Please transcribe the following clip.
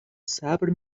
صبر